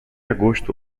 agosto